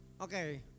Okay